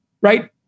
Right